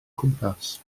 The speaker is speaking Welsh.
cwmpas